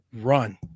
run